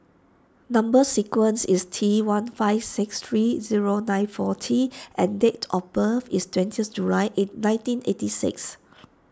Number Sequence is T one five six three zero nine four T and date of birth is twentieth July eight nineteen eighty six